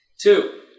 Two